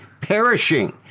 perishing